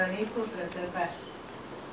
they will definitely they will complain [one]